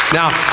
Now